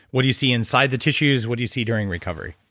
what do you see inside the tissues, what do you see during recovery?